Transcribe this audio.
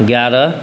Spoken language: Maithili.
एगारह